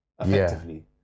effectively